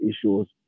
issues